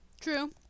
True